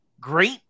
great